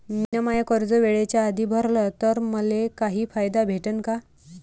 मिन माय कर्ज वेळेच्या आधी भरल तर मले काही फायदा भेटन का?